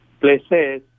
places